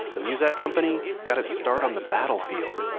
the muzak company got its start on the battlefield